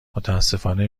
متأسفانه